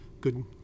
good